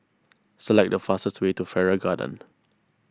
select the fastest way to Farrer Garden